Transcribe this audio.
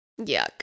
Yuck